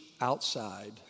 outside